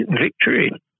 victory